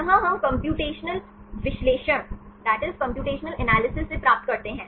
यह हम कम्प्यूटेशनल विश्लेषण से प्राप्त करते हैं